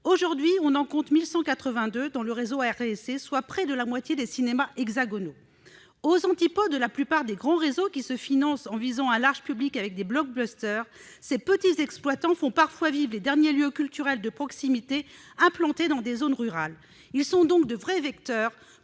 et essai » regroupe 1 182 établissements, soit près de la moitié des cinémas hexagonaux. Aux antipodes de la plupart des grands réseaux, qui se financent en visant un large public avec des, ces petits exploitants font parfois vivre les derniers lieux culturels de proximité implantés dans des zones rurales. Ils sont donc de vrais vecteurs